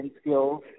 skills